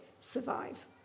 survive